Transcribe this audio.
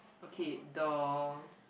okay the